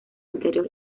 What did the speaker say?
interior